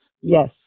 yes